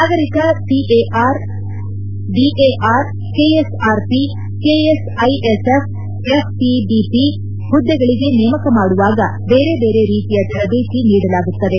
ನಾಗರಿಕ CAR DAR KSRP KSISF FIPI ಹುದ್ದೆಗಳಿಗೆ ನೇಮಕ ಮಾಡುವಾಗ ಬೇರೆ ಬೇರೆ ರೀತಿಯ ತರಬೇತಿಗಳನ್ನು ನೀಡಲಾಗಿರುತ್ತದೆ